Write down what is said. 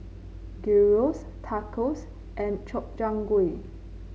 Gyros Tacos and Gobchang Gui